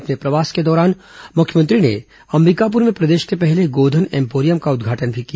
अपने प्रवास के दौरान मुख्यमंत्री ने अंबिकापुर में प्रदेश के पहले गोधन एम्पोरियम का उदघाटन भी किया